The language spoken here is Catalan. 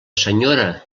senyora